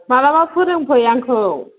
माब्लाबा फोरोंफै आंखौ